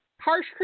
harsh